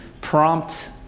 prompt